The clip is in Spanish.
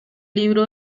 libro